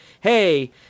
hey